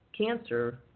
cancer